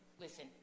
listen